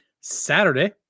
Saturday